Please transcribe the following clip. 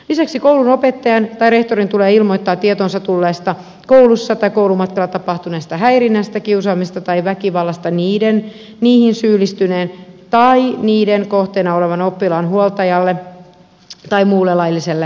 lisäksi koulun opettajan tai rehtorin tulee ilmoittaa tietoonsa tulleesta koulussa tai koulumatkalla tapahtuneesta häirinnästä kiusaamisesta tai väkivallasta niihin syyllistyneen tai niiden kohteena olevan oppilaan huoltajalle tai muulle lailliselle edustajalle